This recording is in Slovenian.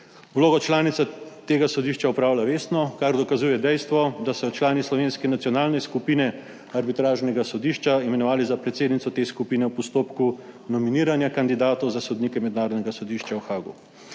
Vlogo članice tega sodišča opravlja vestno, kar dokazuje dejstvo, da so jo člani slovenske nacionalne skupine arbitražnega sodišča imenovali za predsednico te skupine v postopku nominiranja kandidatov za sodnike mednarodnega sodišča v Haagu.